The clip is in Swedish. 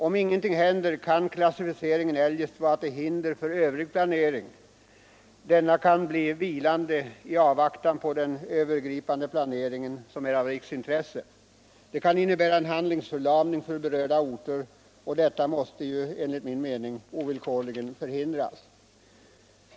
Om ingenting händer kan klassificeringen vara till hinder för övrig planering. Denna kan bli vilande i avvaktan på den övergripande planeringen som är av riksintresse. Det kan innebära en handlingsförlamning för berörda orter, och detta måste enligt min mening ovillkorligen förhindras.